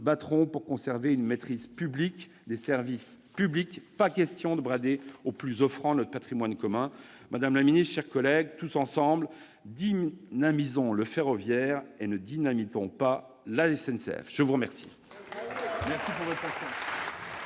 battrons pour conserver une maîtrise publique des services publics. Pas question de brader au plus offrant notre patrimoine commun ! Madame la ministre, mes chers collègues, tous ensemble, dynamisons le ferroviaire, ne dynamitons pas la SNCF ! La parole